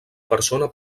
persona